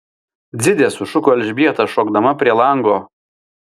dzide sušuko elžbieta šokdama prie lango